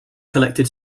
collected